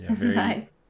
Nice